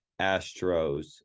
Astros